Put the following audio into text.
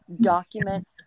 document